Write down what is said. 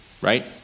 right